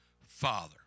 Father